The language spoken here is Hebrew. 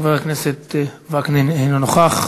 חבר הכנסת וקנין, אינו נוכח.